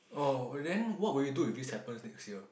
oh but then what would you do if this happens next year